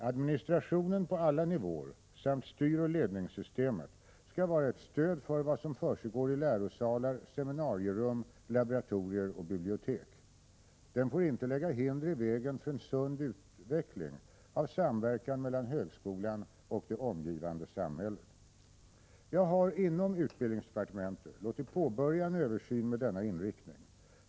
Administrationen på alla nivåer samt styroch ledningssystemet skall vara ett stöd för vad som försiggår i lärosalar, seminarierum, laboratorier och bibliotek. Den får inte lägga hinder i vägen för en sund utveckling av samverkan mellan högskolan och det omgivande samhället. Jag har inom utbildningsdepartementet låtit påbörja en översyn med denna inriktning.